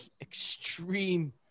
extreme